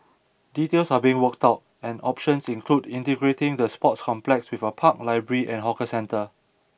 details are being worked out and options include integrating the sports complex with a park library and hawker centre